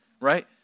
Right